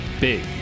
big